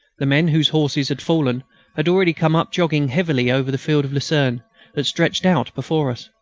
the men whose horses had fallen had already come up jogging heavily over the field of lucerne that stretched out before us.